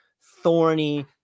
thorny